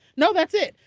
no that's it.